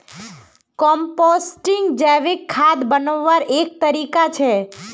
composting जैविक खाद बन्वार एक तरीका छे